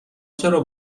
چرا